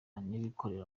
n’abikorera